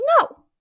no